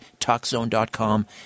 TalkZone.com